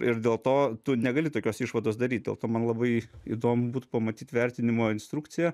ir dėl to tu negali tokios išvados daryt dėl to man labai įdomu būtų pamatyt vertinimo instrukciją